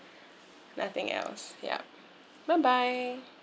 nothing else ya bye bye